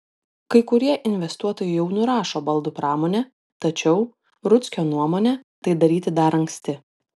kai kurie investuotojai jau nurašo baldų pramonę tačiau rudzkio nuomone tai daryti dar anksti